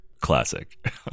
classic